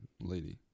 lady